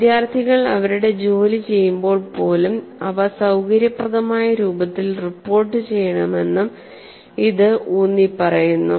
വിദ്യാർത്ഥികൾ അവരുടെ ജോലി ചെയ്യുമ്പോൾ പോലും അവ സൌകര്യപ്രദമായ രൂപത്തിൽ റിപ്പോർട്ട് ചെയ്യണമെന്നും ഇത് ഊന്നിപ്പറയുന്നു